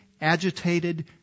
agitated